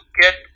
get